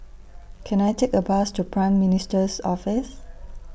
Can I Take A Bus to Prime Minister's Office